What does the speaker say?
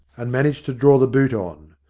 and managed to draw the boot on.